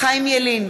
חיים ילין,